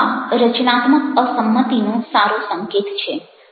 તો આ રચનાત્મક અસંમતિનો સારો સંકેત છે